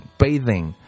bathing